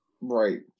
right